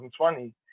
2020